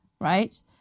Right